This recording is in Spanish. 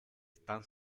están